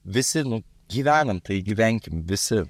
visi nu gyvenam tai gyvenkim visi